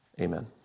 Amen